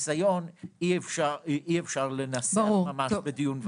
מניסיון אי אפשר לנסח ממש בדיון ועדה.